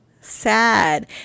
sad